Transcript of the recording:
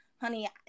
Honey